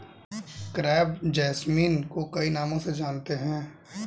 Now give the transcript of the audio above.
crepe jasmine को कई नामों से जानते हैं